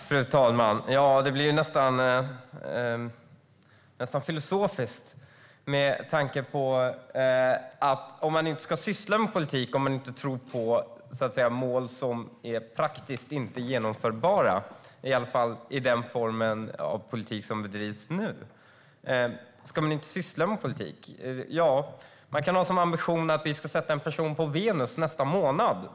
Fru talman! Det blir nästan filosofiskt. Om man inte tror på mål som praktiskt inte är genomförbara, i alla fall inte med den form av politik som bedrivs nu, ska man då inte syssla med politik? Ja, vi kan ju ha som ambition att vi ska sätta en person på Venus nästa månad.